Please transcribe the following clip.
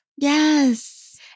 Yes